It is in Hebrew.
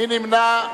מי נמנע?